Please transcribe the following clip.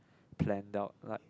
planned out